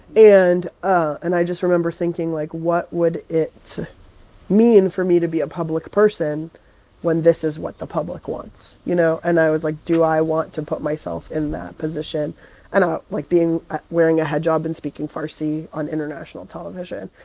and and i just remember thinking, like, what would it mean for me to be a public person when this is what the public wants, wants, you know? and i was like, do i want to put myself in that position and like, being wearing a hijab and speaking farsi on international television?